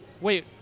wait